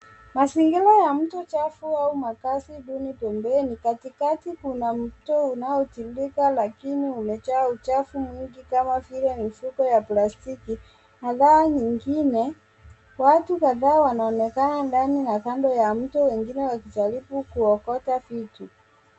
Mazingira ya mtu chafu au makazi duni pembeni katikati kuna mto unaotindika lakini umejaa uchafu mwingi kama vile mifuko ya plastiki na pande nyingine watu kadhaa wanaonekana ndani na ndani ya mto wengine wakijaribu kuokota vitu.